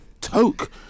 toke